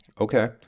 Okay